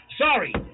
sorry